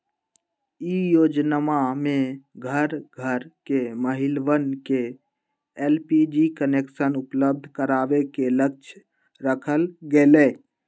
ई योजनमा में घर घर के महिलवन के एलपीजी कनेक्शन उपलब्ध करावे के लक्ष्य रखल गैले